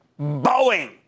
Boeing